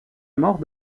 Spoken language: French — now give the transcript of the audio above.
mort